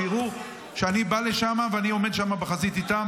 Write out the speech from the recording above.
שיראו שאני בא לשם ועומד שם בחזית איתם.